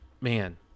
man